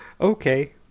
Okay